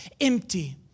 empty